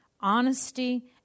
honesty